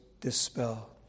dispel